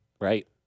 Right